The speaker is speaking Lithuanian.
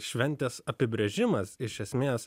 šventės apibrėžimas iš esmės